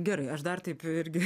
gerai aš dar taip irgi